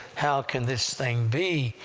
how can this thing be,